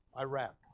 Iraq